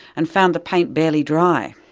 and found the paint barely dry.